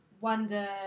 wonder